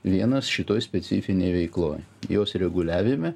vienas šitoj specifinėj veikloj jos reguliavime